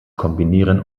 kombinieren